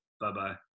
bye-bye